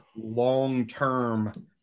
long-term